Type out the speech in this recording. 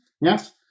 Yes